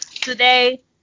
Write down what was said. Today